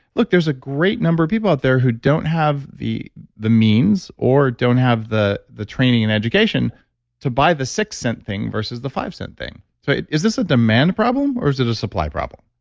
look, there's a great number of people out there who don't have the the means or don't have the the training and education to buy the six-cent thing versus the five-cent thing. so, is this a demand problem or is it a supply problem?